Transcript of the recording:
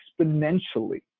exponentially